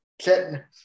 set